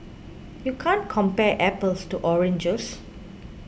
you can't compare apples to oranges